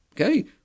okay